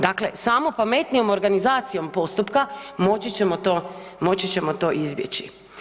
Dakle, samo pametnijom organizacijom postupka moći ćemo to izbjeći.